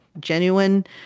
genuine